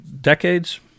decades